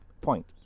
point